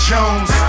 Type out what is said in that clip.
Jones